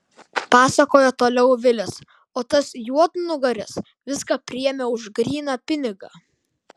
pasakojo toliau vilis o tas juodnugaris viską priėmė už gryną pinigą